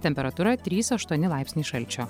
temperatūra trys aštuoni laipsniai šalčio